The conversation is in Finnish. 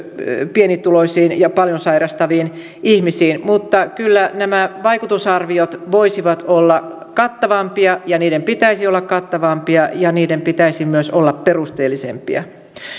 pienituloisiin ja paljon sairastaviin ihmisiin mutta kyllä nämä vaikutusarviot voisivat olla kattavampia ja niiden pitäisi olla kattavampia ja niiden pitäisi myös olla perusteellisempia